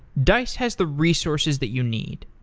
dice has the resources that you need.